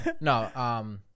No